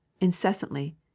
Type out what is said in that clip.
incessantly